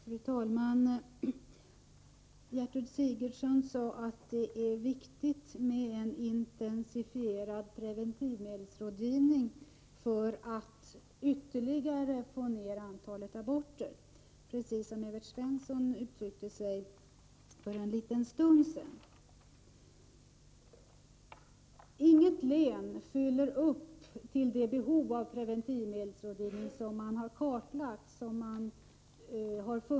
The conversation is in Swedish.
Fru talman! Gertrud Sigurdsen sade att en intensifierad preventivmedelsrådgivning är viktig för att få ned antalet aborter ytterligare; precis så uttryckte sig också Evert Svensson för en liten stund sedan.